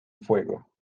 fuego